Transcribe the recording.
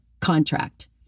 contract